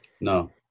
No